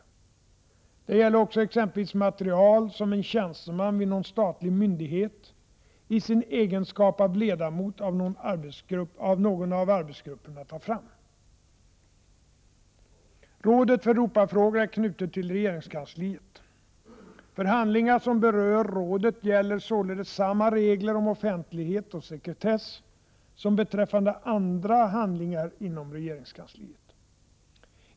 Detta gäller också exempelvis material som en tjänsteman vid någon statlig myndighet, i sin egenskap av ledamot av någon av arbetsgrupperna, tar fram. Rådet för Europafrågor är knutet till regeringskansliet. För handlingar som berör rådet gäller således samma regler om offentlighet och sekretess som beträffande andra handlingar inom regeringskansliet.